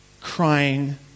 crying